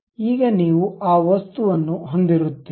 ಈಗ ನೀವು ಆ ವಸ್ತುವನ್ನು ಹೊಂದಿರುತ್ತೀರಿ